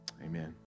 Amen